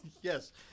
Yes